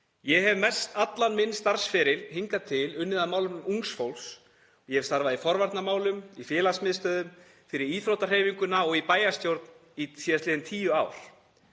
Ég hef mestallan minn starfsferil hingað til unnið að málefnum ungs fólks. Ég hef starfað í forvarnamálum, í félagsmiðstöðvum, fyrir íþróttahreyfinguna og í bæjarstjórn